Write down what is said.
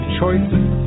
Choices